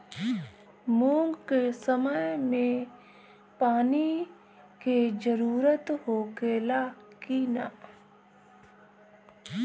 मूंग के समय मे पानी के जरूरत होखे ला कि ना?